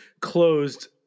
closed